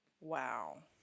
Wow